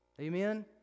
Amen